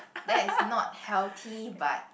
that is not healthy but